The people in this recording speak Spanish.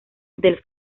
del